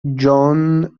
piedmont